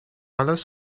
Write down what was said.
alas